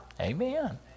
Amen